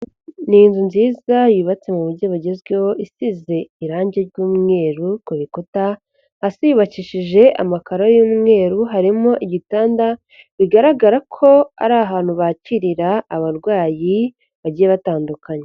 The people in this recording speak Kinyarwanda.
Ni inzu nziza yubatse mu buryo bugezweho, isize irangi ry'umweru ku rukuta, hasi yubakishije amakararo y'umweru, harimo igitanda bigaragara ko ari ahantu bakirira abarwayi bagiye batandukanye.